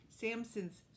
Samson's